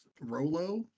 Rolo